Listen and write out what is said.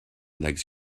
legs